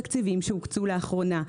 תקציבים שהוקצו לאחרונה,